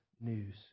news